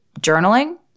journaling